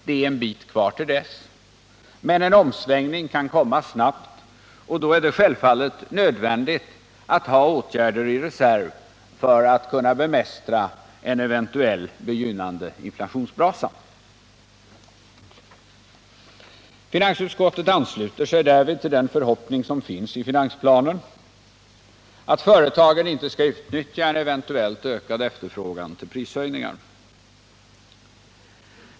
Det är en bit kvar till dess, men en omsvängning kan komma snabbt och då är det självfallet nödvändigt att ha åtgärder i reserv för att kunna bemästra en eventuell, begynnande inflationsbrasa. Finansutskottet ansluter sig därvid till den förhoppning som finns i finansplanen, att företagen inte skall utnyttja en eventuellt ökad efterfrågan till prishöjningar.